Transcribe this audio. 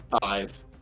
Five